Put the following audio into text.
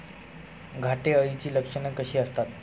घाटे अळीची लक्षणे कशी असतात?